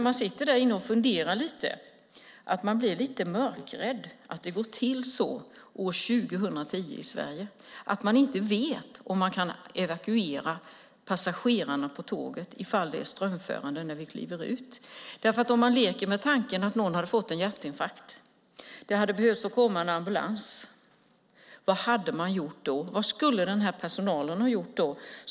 Man blir faktiskt lite mörkrädd när det går till så år 2010 i Sverige - att man inte vet om man kan evakuera passagerarna på tåget om det är strömförande när man kliver ut. Man kan leka med tanken att någon hade fått en hjärtinfarkt och att det hade behövts en ambulans. Vad skulle personalen då ha gjort?